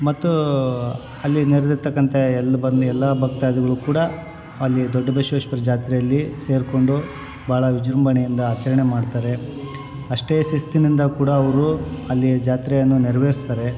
ಮತ್ತು ಅಲ್ಲಿ ನೆರೆದಿರ್ತಕ್ಕಂಥ ಎಲ್ಲ ಬಂದ ಎಲ್ಲಾ ಭಕ್ತಾದಿಗಳು ಕೂಡ ಅಲ್ಲಿ ದೊಡ್ಡ ಬಸವೇಶ್ವರ ಜಾತ್ರೆಯಲ್ಲಿ ಸೇರಿಕೊಂಡು ಭಾಳ ವಿಜೃಂಭಣೆಯಿಂದ ಆಚರಣೆ ಮಾಡ್ತಾರೆ ಅಷ್ಟೇ ಶಿಸ್ತಿನಿಂದ ಕೂಡ ಅವರು ಅಲ್ಲಿ ಜಾತ್ರೆಯನ್ನು ನೆರ್ವೇರಿಸ್ತಾರೆ